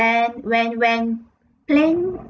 then when when plane